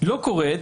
לא קורית,